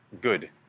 good